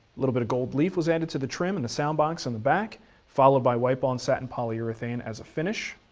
little bit of gold-leaf was added to the trim and the sound box in the back followed by wipe-on satin polyurethane as a finish.